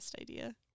idea